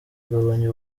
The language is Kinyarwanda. kugabanya